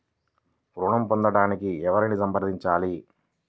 ఋణం పొందటానికి ఎవరిని సంప్రదించాలి?